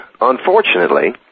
unfortunately